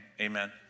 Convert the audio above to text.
amen